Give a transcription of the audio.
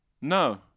no